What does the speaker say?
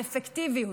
באפקטיביות.